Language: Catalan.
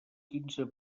quinze